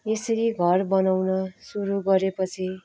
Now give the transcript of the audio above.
यसरी घर बनाउन सुरु गरेपछि